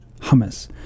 hummus